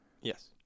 Yes